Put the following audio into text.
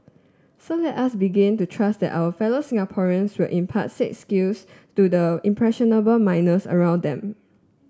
so let us begin to trust that our fellow Singaporeans will impart said skills to the impressionable minors around them